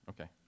Okay